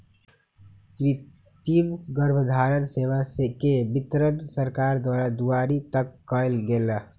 कृतिम गर्भधारण सेवा के वितरण सरकार द्वारा दुआरी तक कएल गेल